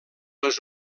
les